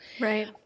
Right